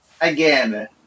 again